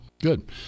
Good